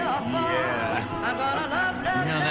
no no no